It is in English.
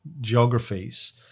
geographies